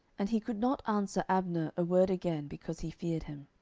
and he could not answer abner a word again, because he feared him.